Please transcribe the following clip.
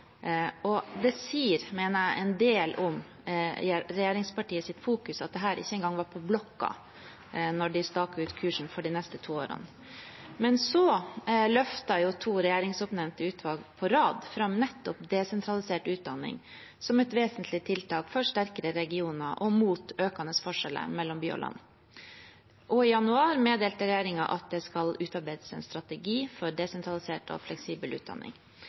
Det sier, mener jeg, en del om regjeringspartiets fokus at dette ikke engang var på blokka da de staket ut kursen for de neste to årene. Men så løftet to regjeringsoppnevnte utvalg på rad fram nettopp desentralisert utdanning som et vesentlig tiltak for sterkere regioner og mot økende forskjeller mellom by og land, og i januar meddelte regjeringen at det skal utarbeides en strategi for desentralisert og fleksibel utdanning.